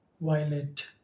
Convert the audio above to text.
violet